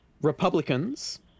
Republicans